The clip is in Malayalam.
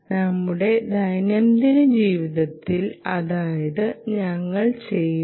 നമ്മുടെ ദൈനംദിന ജീവിതത്തിൽ അതാണ് ഞങ്ങൾ ചെയ്യുന്നത്